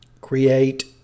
create